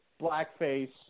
blackface